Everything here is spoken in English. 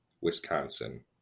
Wisconsin